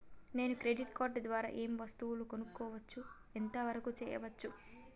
నేను credit card ద్వారా ఏం వస్తువులు కొనుక్కోవచ్చు ఎంత వరకు చేయవచ్చు?